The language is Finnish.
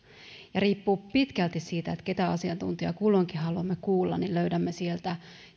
riippuen pitkälti siitä ketä asiantuntijaa kulloinkin haluamme kuulla löydämme sieltä